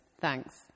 Thanks